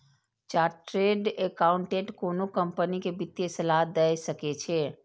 chartered accountant कोनो company कें वित्तीय सलाह दए सकै छै